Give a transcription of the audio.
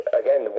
again